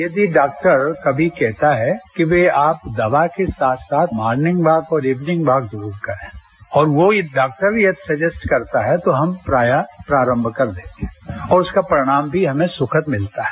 यदि डॉक्टर कभी कहता है कि भई आप दवा के साथ साथ मार्निंग वॉक और इवनिंग वॉक जरूर करें और वो एक डॉक्टर यदि सजेस्ट करता है तो हम प्रायः प्रारंभ कर देते हैं और उसका परिणाम भी हमें सुखद मिलता है